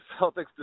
Celtics